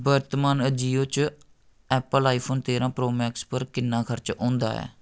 वर्तमान अजियो च Apple iPhone तेरां प्रो मैक्स पर किन्ना खर्च होंदा ऐ